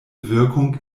wirkung